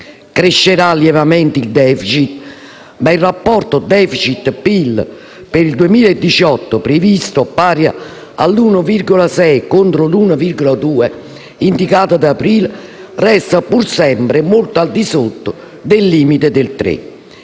Crescerà lievemente il *deficit*, ma il rapporto tra *defìcit* e PIL per il 2018, previsto pari all'1,6 per cento contro l'1,2 per cento indicato ad aprile, resta pur sempre molto al di sotto del limite del 3